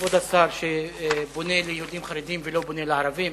כבוד השר שבונה ליהודים חרדים ולא בונה לערבים